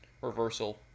reversal